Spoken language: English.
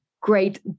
great